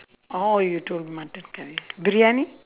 orh you told mutton curry briyani